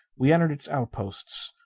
we entered its outposts.